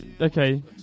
okay